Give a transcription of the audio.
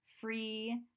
free